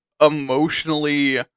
emotionally